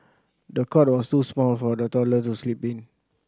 the cot was too small for the toddler to sleep in